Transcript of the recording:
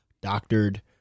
doctored